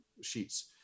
sheets